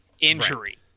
injury